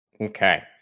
Okay